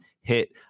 hit